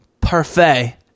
parfait